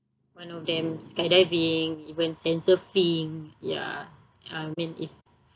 one of them skydiving even sand surfing ya I mean if